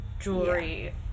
jewelry